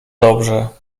dobrze